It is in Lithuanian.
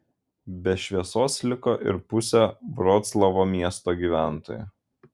be šviesos liko ir pusė vroclavo miesto gyventojų